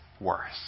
worse